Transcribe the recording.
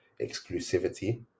exclusivity